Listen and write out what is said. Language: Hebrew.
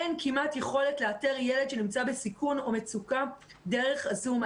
אין כמעט יכולת לאתר ילד שנמצא בסיכון או במצוקה דרך הזום.